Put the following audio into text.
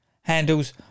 handles